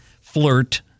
Flirt